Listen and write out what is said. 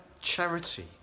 charity